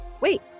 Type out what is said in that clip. Wait